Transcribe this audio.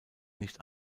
nicht